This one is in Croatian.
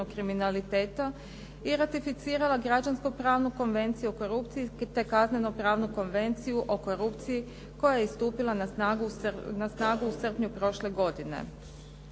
kriminaliteta i ratificirala građansko-pravnu konvenciju o korupciju te kazneno-pravnu konvenciju o korupciji koja je stupila na snagu u srpnju prošle godine.